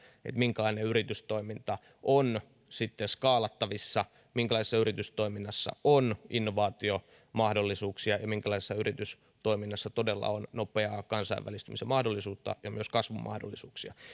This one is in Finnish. minkälainen yritystoiminta on sitten skaalattavissa minkälaisessa yritystoiminnassa on innovaatiomahdollisuuksia ja minkälaisessa yritystoiminnassa todella on nopeaa kansainvälistymisen mahdollisuutta ja myös kasvun mahdollisuuksia